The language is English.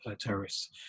terrorists